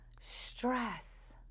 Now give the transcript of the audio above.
stress